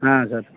ಹಾಂ ಸರ್